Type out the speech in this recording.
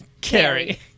Carrie